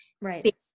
Right